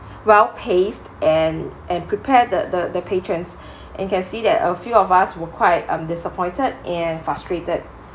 well paced and and prepare the the the patrons and can see that a few of us were quite um disappointed and frustrated